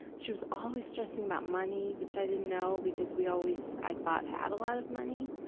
she was always stressing about money, which i didn't know, because we always, i thought, had a lot of money.